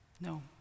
no